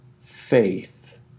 faith